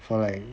for like